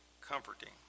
comforting